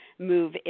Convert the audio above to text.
move